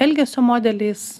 elgesio modeliais